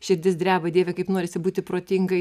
širdis dreba dieve kaip norisi būti protingai